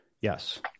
yes